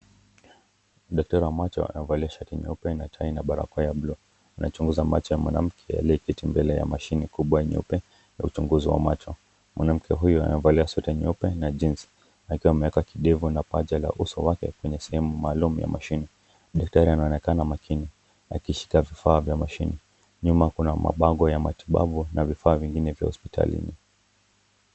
Daktari wa macho, amevalia shati nyeupe na barakoa ya buluu, anachunguza macho ya mwanamke aliyeketi mbele ya mashine kubwa nyeupe, ya uchunguzi wa macho, mwanamke huyu amevalia sweta nyeupe na jezi, akiwa ameweka kidevu mapaja ya uso wake kwenye sehemu maalum kwenye mashine hio, daktari anaonekana makini, akishika vifaa vya mashine, nyuma kuna mabango ya matibabu na vifaa vingine vya hospitalini.